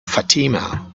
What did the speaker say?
fatima